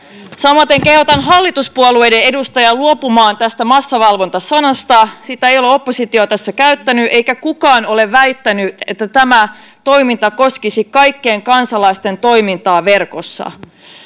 samaten kehotan hallituspuolueiden edustajia luopumaan tästä massavalvonta sanasta sitä ei ole oppositio tässä käyttänyt eikä kukaan ole väittänyt että tämä toiminta koskisi kaikkien kansalaisten toimintaa verkossa mistä tässä